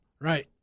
right